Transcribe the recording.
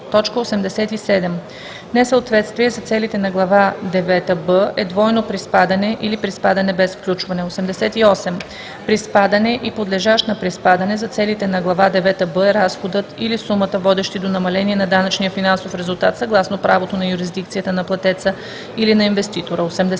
113: „87. „Несъответствие“ за целите на глава девета „б“ е двойно приспадане или приспадане без включване. 88. „Приспадане“ и „подлежащ на приспадане“ за целите на глава девета „б“ е разходът или сумата, водещи до намаление на данъчния финансов резултат съгласно правото на юрисдикцията на платеца или на инвеститора. 89.